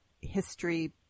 history